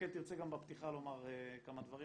אלא אם כן תרצה גם בפתיחה לומר כמה דברים,